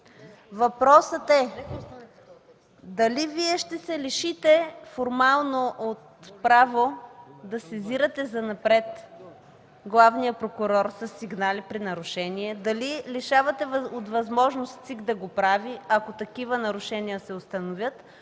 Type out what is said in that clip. Въпросът е: дали Вие ще се лишите формално от право да сезирате занапред главния прокурор със сигнали при нарушения; дали лишавате от възможност ЦИК да го прави, ако такива нарушения се установят?